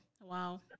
Wow